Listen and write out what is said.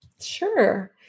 Sure